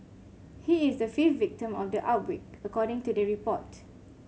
he is the fifth victim of the outbreak according to the report